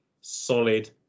solid